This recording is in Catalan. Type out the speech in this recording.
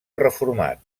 reformat